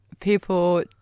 People